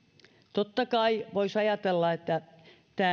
totta kai voisi ajatella että